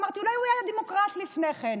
אמרתי: אולי הוא היה דמוקרט לפני כן.